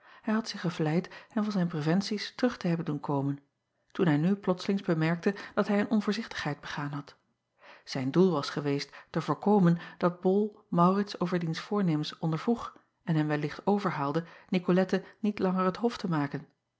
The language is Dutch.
ij had zich gevleid hem van zijn preventies terug te hebben doen komen toen hij nu plotslings bemerkte dat hij een onvoorzichtigheid begaan had ijn doel was geweest te voorkomen dat ol aurits over diens voornemens ondervroeg en hem wellicht overhaalde icolette niet langer het hof te maken